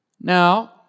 Now